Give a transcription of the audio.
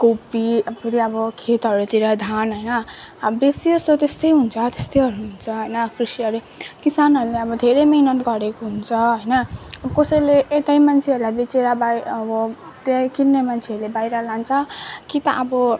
कोपी फेरि अब खेतहरूतिर धान होइन अब बेसी जस्तो त्यस्तै हुन्छ त्यस्तैहरू हुन्छ होइन कृषिहरूले किसानहरूले अब धेरै मेहनत गरेको हुन्छ होइन कसैले यतै मान्छेहरूलाई बेचेर अब अब त्यहीँ किन्ने मान्छेहरूले बाहिर लान्छ कि त अब